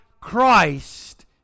Christ